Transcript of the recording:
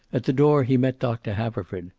at the door he met doctor haverford.